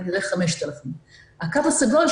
כנראה 5,000. הקו הסגול,